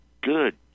good